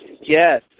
Yes